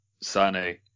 Sane